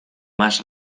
más